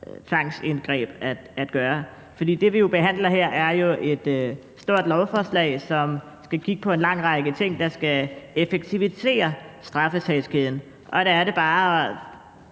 tvangsindgreb at gøre. For det, vi behandler her, er jo et stort lovforslag, som skal kigge på en lang række ting, der skal effektivisere straffesagskæden, og der er det bare, at